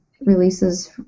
releases